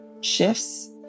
shifts